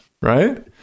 right